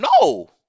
no